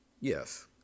Yes